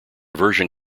version